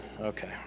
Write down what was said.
Okay